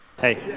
Hey